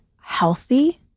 healthy